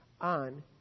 On